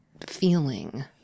feeling